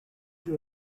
you